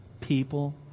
People